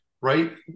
Right